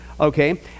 Okay